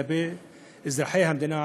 כלפי אזרחי המדינה הערבים.